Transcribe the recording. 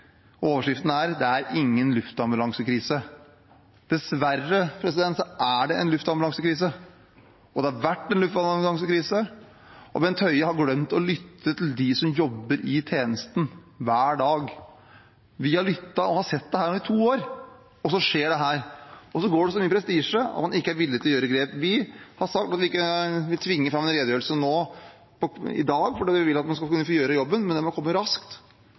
er det en luftambulansekrise, og det har vært en luftambulansekrise, og Bent Høie har glemt å lytte til dem som jobber i tjenesten hver dag. Vi har lyttet og sett dette nå i to år. Så skjer dette, og så går det så mye prestisje i det at man ikke er villig til å gjøre grep. Vi har sagt at vi ikke vil tvinge fram en redegjørelse nå i dag, fordi vi vil at man skal kunne få gjøre jobben, men den må komme raskt.